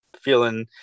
feeling